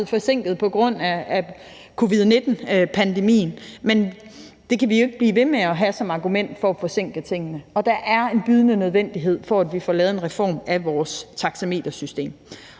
forsinket på grund af covid-19-pandemien, men det kan vi jo ikke blive ved med at have som argument for at forsinke tingene. Der er en bydende nødvendighed for, at vi får lavet en reform af vores taxametersystem.